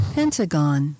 Pentagon